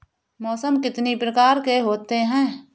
मौसम कितनी प्रकार के होते हैं?